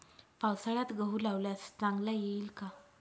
पावसाळ्यात गहू लावल्यास चांगला येईल का?